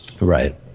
Right